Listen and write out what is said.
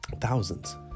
Thousands